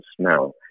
smell